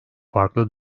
farklı